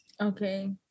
Okay